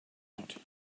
out